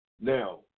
Now